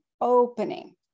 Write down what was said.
opening